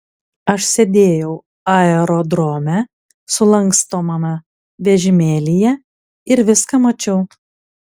aš sėdėjau aerodrome sulankstomame vežimėlyje ir viską mačiau